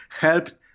helped